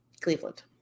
Cleveland